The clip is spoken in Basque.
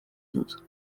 dut